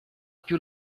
più